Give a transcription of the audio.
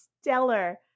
Stellar